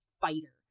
fighter